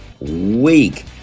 week